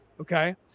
okay